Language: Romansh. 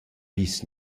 vis